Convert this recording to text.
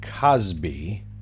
Cosby